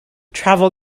travel